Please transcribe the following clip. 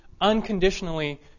unconditionally